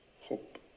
Hope